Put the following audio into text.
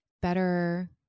better